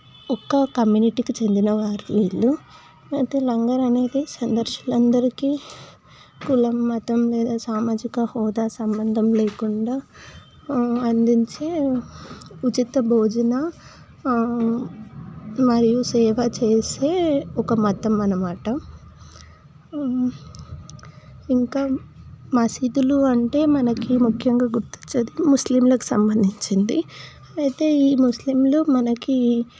ఒక్క కమ్యూనిటీకి చెందినవారు వీళ్లు అయితే లంగర్ అనేది సందర్శనకుల అందరికీ కులం మతం మీద సామాజిక హోదా సంబంధం లేకుండా అందించి ఉచిత భోజన మరియు సేవ చేసే ఒక మతం అనమాట ఇంకా మసీదులు అంటే మనకి ముఖ్యంగా గుర్తొచ్చేది ముస్లింలకు సంబంధించింది అయితే ఈ ముస్లింలు మనకి